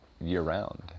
year-round